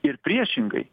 ir priešingai